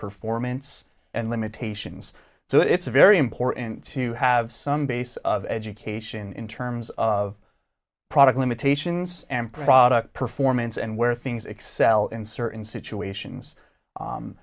performance and limitations so it's very important to have some base of education in terms of product limitations and product performance and where things excel in certain situations